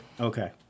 Okay